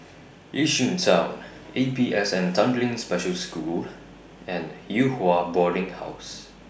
Yishun Town A P S N Tanglin Special School and Yew Hua Boarding House